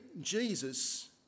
Jesus